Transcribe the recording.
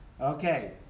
Okay